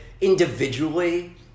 individually